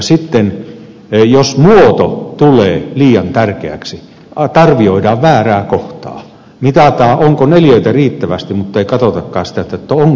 jos muoto tulee liian tärkeäksi arvioidaan väärää kohtaa mitataan onko neliöitä riittävästi mutta ei katsotakaan sitä onko palvelu laadukasta ja turvallista ja toimivaa